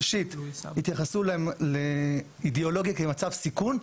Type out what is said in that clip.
ראשית התייחסו לאידיאולוגיה כמצב סיכון,